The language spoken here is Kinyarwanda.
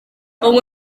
ubu